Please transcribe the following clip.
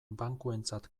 bankuentzat